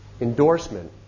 endorsement